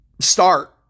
start